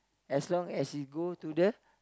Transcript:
as long as it go to the